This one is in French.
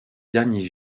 derniers